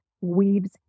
weaves